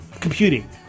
computing